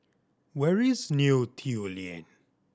where is Neo Tiew Lane